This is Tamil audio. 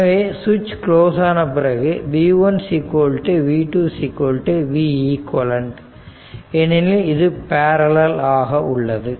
எனவே சுவிச் க்ளோஸ் ஆனபிறகு v1 v2 veq ஏனெனில் இது பேரலல் ஆக உள்ளது